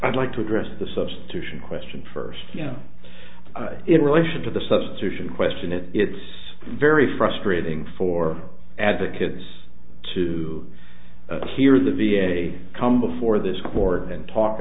i'd like to address the substitution question first you know it relation to the substitution question and it's very frustrating for advocates to hear the v a come before this court and talk